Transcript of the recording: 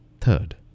Third